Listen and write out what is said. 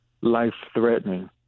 life-threatening